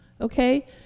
Okay